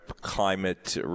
climate